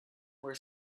were